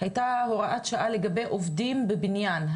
היתה הוראת שעה לגבי עובדים בבניין,